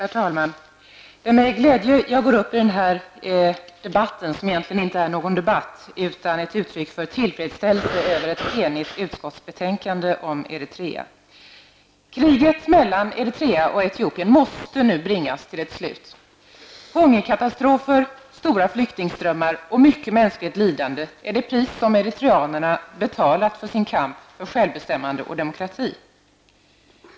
Herr talman! Det är med glädje jag går upp i denna debatt, som egentligen inte är någon debatt utan ett uttryck för tillfredsställelse över ett enigt utskottsbetänkande om Eritrea. Kriget mellan Eritrea och Etiopien måste nu bringas till ett slut. Hungerkatastrofer, stora flyktingströmmar och mycket mänskligt lidande är det pris som eritreanerna betalat för sin kamp för självbestämmande och demokrati.